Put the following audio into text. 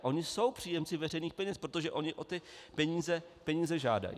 Oni jsou příjemci veřejných peněz, protože oni o peníze žádají.